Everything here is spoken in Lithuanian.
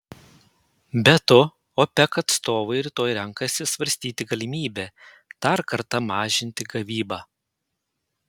be to opec atstovai rytoj renkasi svarstyti galimybę dar kartą mažinti gavybą